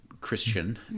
Christian